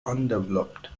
undeveloped